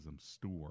store